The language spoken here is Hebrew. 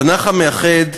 התנ"ך מאחד,